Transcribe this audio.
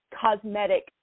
cosmetic